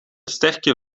sterke